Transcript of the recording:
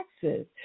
taxes